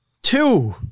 Two